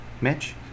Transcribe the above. Mitch